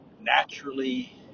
naturally